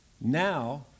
now